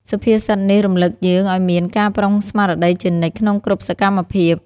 សុភាសិតនេះរំលឹកយើងឲ្យមាន ការប្រុងស្មារតីជានិច្ច ក្នុងគ្រប់សកម្មភាព។